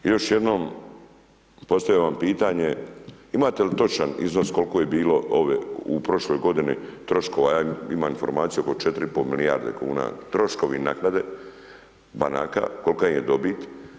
Još jednom postavljam pitanje imate li točan iznos koliko je bilo ove u prošloj godini troškova, ja imam informaciju oko 4,5 milijarde kuna, troškovi naknade banaka, kolika im je dobit?